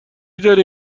داری